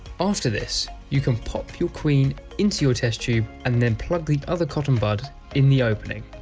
after this you can pop your queen into your test tube and then plug the other cotton bud in the opening.